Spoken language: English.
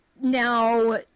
Now